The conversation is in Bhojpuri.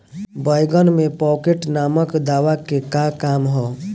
बैंगन में पॉकेट नामक दवा के का काम ह?